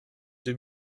deux